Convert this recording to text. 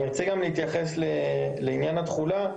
אני רוצה להתייחס לעניין התחולה.